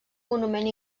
monument